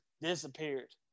disappeared